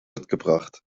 mitgebracht